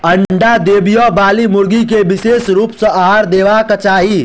अंडा देबयबाली मुर्गी के विशेष रूप सॅ आहार देबाक चाही